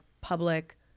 public